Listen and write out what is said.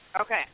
Okay